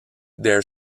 their